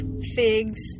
figs